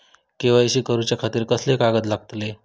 KYC करूच्या खातिर कसले कागद लागतले?